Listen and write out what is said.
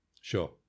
Sure